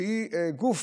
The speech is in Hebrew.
שהיא גוף,